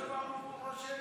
הקדוש ברוך הוא רושם הכול,